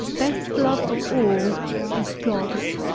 best love of all is god's